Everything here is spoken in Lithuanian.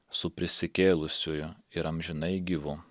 su prisikėlusiuoju ir amžinai gyvu